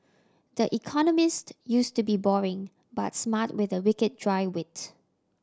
the Economist used to be boring but smart with a wicked dry wit